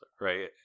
right